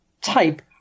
type